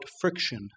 friction